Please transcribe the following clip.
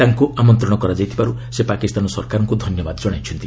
ତାଙ୍କୁ ନିମନ୍ତ୍ରଣ କରିଥିବାରୁ ସେ ପାକିସ୍ତାନ ସରକାରଙ୍କୁ ଧନ୍ୟବାଦ ଜଣାଇଛନ୍ତି